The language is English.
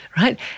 right